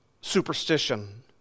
superstition